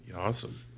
awesome